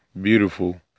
beautiful